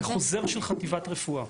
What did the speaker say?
בחוזר של חטיבת רפואה.